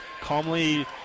calmly